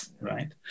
right